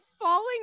falling